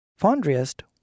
Fondriest